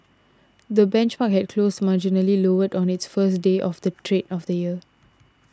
the benchmark had closed marginally lower on its first day of trade of the year